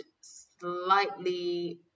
slightly